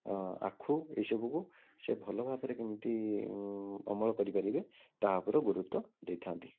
ଆ ଆଖୁ ଏଇସବୁକୁ ସେ ଭଲ ଭାବରେ କେମିତି ଅମଳ କରିପାରିବେ ତା ଉପରେ ଗୁରୁତ୍ୱ ଦେଇଥାନ୍ତି